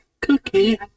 Cookie